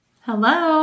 Hello